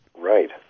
Right